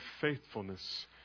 faithfulness